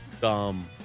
Dumb